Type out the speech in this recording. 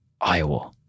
Iowa